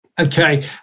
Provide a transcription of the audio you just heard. Okay